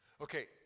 Okay